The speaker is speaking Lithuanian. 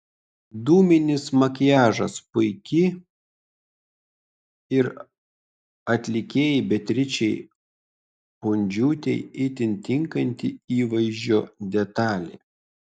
dūminis makiažas puiki ir atlikėjai beatričei pundžiūtei itin tinkanti įvaizdžio detalė